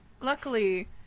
Luckily